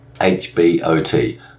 HBOT